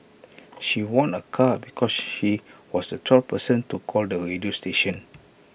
she won A car because she was the twelfth person to call the radio station